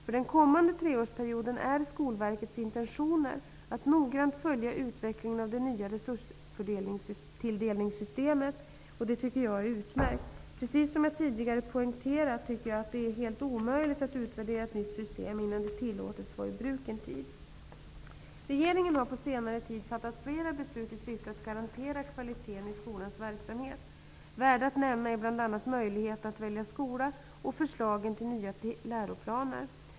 För den kommande treårsperioden är Skolverkets intentioner att noggrant följa utvecklingen av det nya resurstilldelningssystemet. Detta tycker jag är utmärkt. Precis som jag tidigare poängterat tycker jag att det är helt omöjligt att utvärdera ett nytt system innan det tillåtits vara i bruk en tid. Regeringen har på senare tid fattat flera beslut i syfte att garantera kvaliteten i skolans verksamhet. Värda att nämna är bl.a. möjligheten att välja skola och förslagen till nya läroplaner.